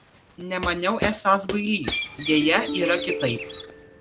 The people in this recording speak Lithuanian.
nemaniau esąs bailys deja yra kitaip